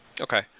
Okay